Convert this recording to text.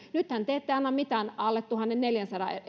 nythän te ette anna mitään alle tuhannenneljänsadan